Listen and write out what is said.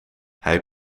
hij